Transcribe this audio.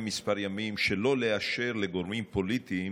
כמה ימים שלא לאשר לגורמים פוליטיים